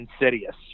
Insidious